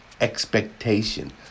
expectation